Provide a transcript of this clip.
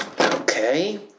Okay